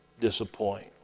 disappoint